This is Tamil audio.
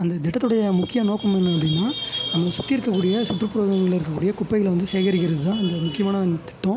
அந்த திட்டத்துடைய முக்கிய நோக்கம் என்ன அப்படின்னா நம்மளை சுற்றி இருக்கக்கூடிய சுற்றுப்புறங்களில் இருக்கக்கூடிய குப்பைகளை வந்து சேகரிக்கிறது தான் அந்த முக்கியமான திட்டம்